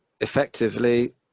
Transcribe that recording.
effectively